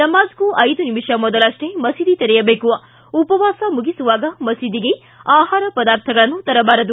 ನಮಾಜ್ಗೂ ಐದು ನಿಮಿಷ ಮೊದಲಷ್ಷೇ ಮಸೀದಿ ತೆರೆಯಬೇಕು ಉಪವಾಸ ಮುಗಿಸುವಾಗ ಮಸೀದಿಗೆ ಆಹಾರ ಪದಾರ್ಥಗಳನ್ನು ತರಬಾರದು